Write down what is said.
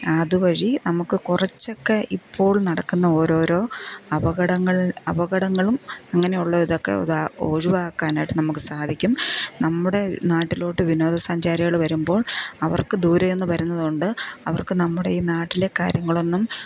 അതുവഴി നമുക്ക് കുറച്ചൊക്കെ ഇപ്പോൾ നടക്കുന്ന ഓരോരോ അപകടങ്ങൾ അപകടങ്ങളും അങ്ങനെയുള്ള ഇതൊക്കെ ഒഴിവാക്കാനായിട്ട് നമുക്ക് സാധിക്കും നമ്മുടെ നാട്ടിലോട്ട് വിനോദസഞ്ചാരികൾ വരുമ്പോൾ അവർക്ക് ദൂരെന്ന് വരുന്നതുകൊണ്ട് അവർക്ക് നമ്മുടെ ഈ നാട്ടിലെ കാര്യങ്ങളൊന്നും